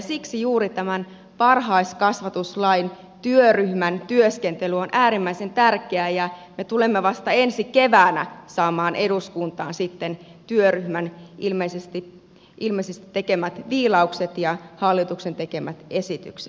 siksi juuri tämän varhaiskasvatuslain työryhmän työskentely on äärimmäisen tärkeää ja me tulemme vasta ensi keväänä saamaan eduskuntaan työryhmän ilmeisesti tekemät viilaukset ja hallituksen tekemät esitykset